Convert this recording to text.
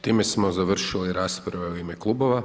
Time smo završili rasprave u ime klubova.